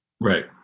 right